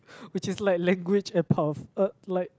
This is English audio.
which is like language empath uh like